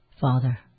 Father